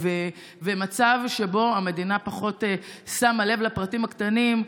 ומצב שבו המדינה פחות שמה לב לפרטים הקטנים.